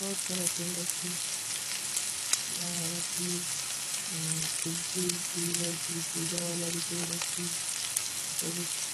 ବହୁତ ଚାରା ପେଡ ଅଚ୍ଛୀ ଯହ ଆଵର ଅଚ୍ଛୀ ତୁଲସୀ, ଜୀର, ପୂଜା ଵାଲା ଭୀ ପେଡ ଅଚ୍ଛୀ ଯହ ସବ ଅଚ୍ଛୀ।